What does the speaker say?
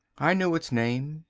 i knew its name.